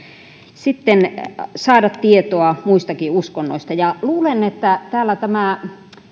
sitten saada tietoa muistakin uskonnoista ja luulen että täällä tämä